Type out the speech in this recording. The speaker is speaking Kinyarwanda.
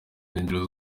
nkengero